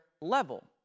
level